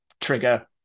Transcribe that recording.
trigger